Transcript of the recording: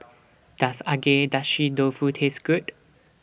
Does Agedashi Dofu Taste Good